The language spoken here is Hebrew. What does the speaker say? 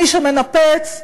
מי שמנפץ,